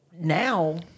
now